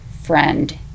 friend